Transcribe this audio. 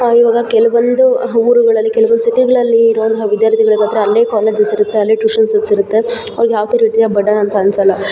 ಇವಾಗ ಕೆಲವೊಂದು ಊರುಗಳಲ್ಲಿ ಕೆಲ್ವೊಂದು ಸಿಟಿಗಳಲ್ಲಿ ಇರುವಂತಹ ವಿದ್ಯಾರ್ಥಿಗಳಿಗೆ ಮಾತ್ರ ಅಲ್ಲೇ ಕಾಲೇಜಸ್ಸಿರುತ್ತೆ ಅಲ್ಲೇ ಟ್ಯೂಷನ್ಸ್ ಇರುತ್ತೆ ಅವ್ರ್ಗೆ ಯಾವುದೇ ರೀತಿಯ ಬರ್ಡನ್ ಅಂತ ಅನ್ಸಲ್ಲ